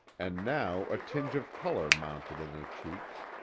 and now a tinge of color mounted in her cheeks.